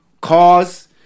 cars